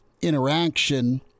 interaction